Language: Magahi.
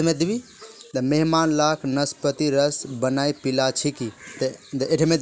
मेहमान लाक नाशपातीर रस बनइ पीला छिकि